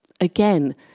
Again